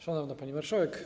Szanowna Pani Marszałek!